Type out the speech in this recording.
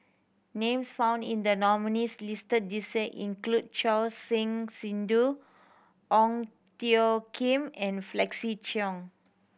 names found in the nominees' list this year include Choor Singh Sidhu Ong Tjoe Kim and Felix Cheong